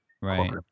right